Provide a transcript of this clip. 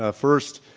ah first,